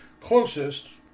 closest